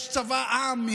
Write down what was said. יש צבא עם,